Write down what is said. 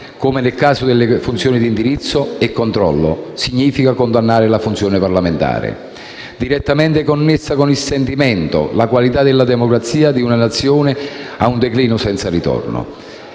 come nel caso delle funzioni di indirizzo e controllo, significa condannare la funzione parlamentare, direttamente connessa con il sentimento e la qualità della democrazia di una Nazione, a un declino senza ritorno.